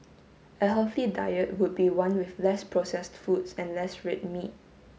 a healthy diet would be one with less processed foods and less red meat